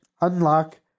unlock